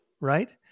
right